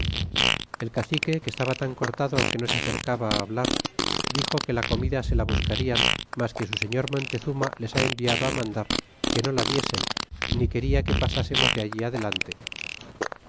el cacique estaba tan cortado que no acertaba á hablar y dixo que la comida que la buscarian mas que su señor montezuma les ha enviado mandar que no la diesen ni quena que pasásemos de allí adelante